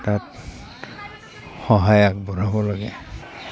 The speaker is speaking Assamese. তাত সহায় আগবঢ়াব লাগে